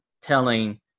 telling